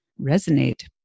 Resonate